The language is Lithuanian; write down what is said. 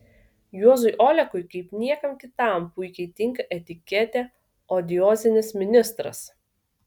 juozui olekui kaip niekam kitam puikiai tinka etiketė odiozinis ministras